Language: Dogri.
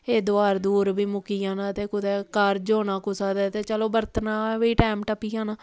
एह् दुहार द्हूर बी मुक्की जाना ते कुतै कारज होना कुसै दै ते चलो बरतना बी टैम टप्पी जाना